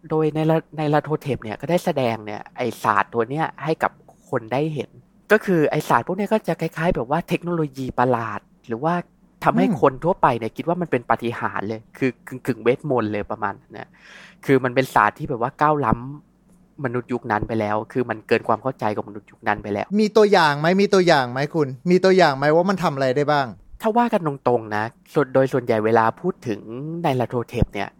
โดยในละ- ในละโทรเทปเนี่ยก็ได้แสดงเนี่ยไอ้ศาสตร์ตัวเนี่ยให้กับคนได้เห็น ก็คือไอ้ศาสตร์พวกเนี่ยก็จะคล้ายๆแบบว่าเทคโนโลยีประหลาด หรือว่าทำให้อืมคนทั่วไปเนี่ยคิดว่ามันเป็นปาฏิหาริย์เลย คือกึ่งๆเวทมนต์เลยประมาณนั้นเนี่ย คือ- คือ- คือ- คือมันเป็นศาสตร์ที่แบบว่าก้าวล้ำมนุษย์ยุคนั้นไปแล้ว คือมันเกินความเข้าใจกับมนุษย์ยุคนั้นไปแล้วมีตัวอย่างไหม? มีตัวอย่างไหม? คุณมีตัวอย่างไหมว่ามันทำอะไรได้บ้าง?ถ้าว่ากันตรงๆนะ ส่วน- โดยส่วนใหญ่เวลาพูดถึงในละโทรเทปเนี่ย